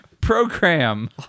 program